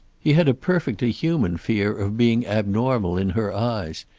he had a perfectly human fear of being abnormal in her eyes,